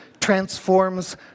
transforms